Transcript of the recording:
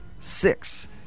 six